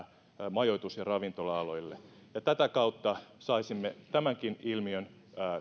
majoitus ja ravintola aloille ja tätä kautta saisimme tämänkin ilmiön